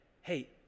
hey